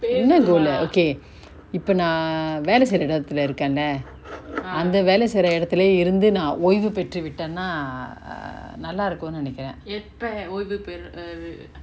என்ன:enna goal ah okay இப்ப நா வேல செய்ர எடத்துல இருக்கல அந்த வேல செய்ர எடத்துலே இருந்து நா ஒய்வு பெற்று விட்டன்னா:ippa na vela seira edathula irukala antha vela seira edathule irunthu na oivu petru vittanna err நல்லா இருக்குனு நெனைகுர:nalla irukunu nenaikura